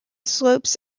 slopes